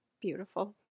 Beautiful